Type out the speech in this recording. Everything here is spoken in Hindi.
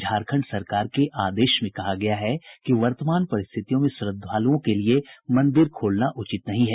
झारखंड सरकार के आदेश में कहा गया है कि वर्तमान परिस्थितियों में श्रद्धालुओं के लिये मंदिर खोलना उचित नहीं है